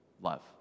Love